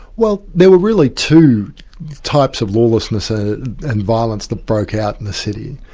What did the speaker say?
well there were really two types of lawlessness ah and violence that broke out in the city.